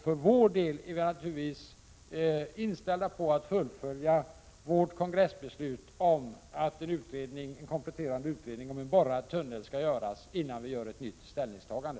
För vår del är vi naturligtvis inställda på att fullfölja vårt kongressbeslut om en kompletterande utredning om huruvida en borrad tunnel skall göras innan vi gör något nytt ställningstagande.